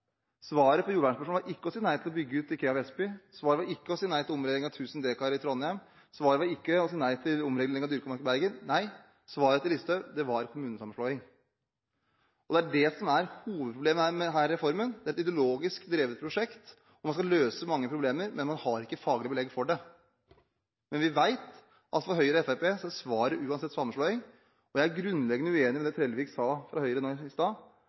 Svaret på jordvernspørsmålet var ikke å si nei til å bygge ut IKEA Vestby, svaret var ikke å si nei til omregulering av 1 000 dekar i Trondheim, svaret var ikke å si nei til omregulering av dyrka mark i Bergen. Nei, svaret til Listhaug var kommunesammenslåing. Og det er det som er hovedproblemet med denne reformen: Det er et ideologisk drevet prosjekt, hvor man skal løse mange problemer, men man har ikke faglig belegg for det. Men vi vet at for Høyre og Fremskrittspartiet er svaret uansett sammenslåing. Jeg er grunnleggende uenig i det Trellevik fra Høyre sa nå i stad: